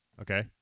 Okay